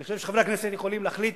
אני חושב שחברי הכנסת יכולים להחליט.